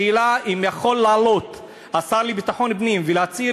השאלה אם יכול לעלות השר לביטחון הפנים ולהצהיר